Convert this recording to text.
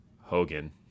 Hogan